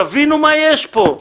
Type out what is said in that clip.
תבינו מה יש פה,